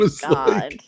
God